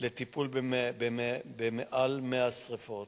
לטיפול במעל 100 שרפות.